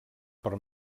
per